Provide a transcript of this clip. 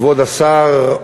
כבוד השר,